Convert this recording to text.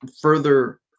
further